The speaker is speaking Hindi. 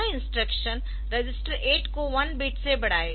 यह इंस्ट्रक्शन रजिस्टर 8 को 1 बीट से बढ़ाएगा